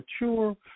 mature